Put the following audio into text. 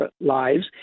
lives